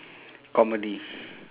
comedy